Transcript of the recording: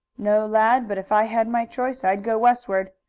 no, lad, but if i had my choice i'd go westward.